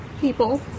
people